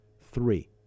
three